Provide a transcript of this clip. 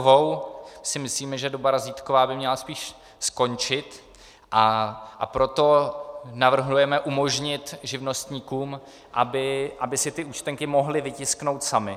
My si myslíme, že doba razítková by měla spíš skončit, a proto navrhujeme umožnit živnostníkům, aby si ty účtenky mohli vytisknout sami.